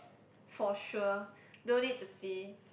for sure don't need to see